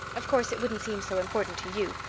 of course it wouldn't seem so important to you.